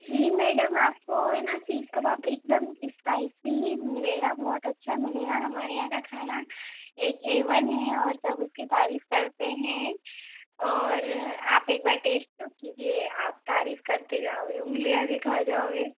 जी madam आपको है ना सीक कबाब एक दम स्पाइसी ही मिलेगा बहुत अच्छा मिलेगा हमारे यहाँ का खाना एक ए वन है और सब उसकी तारीफ़ करते हैं और आप एक बार टैस्ट तो कीजिए आप तारीफ़ करते जाओगे उँगलियाँ भी खा जाओगे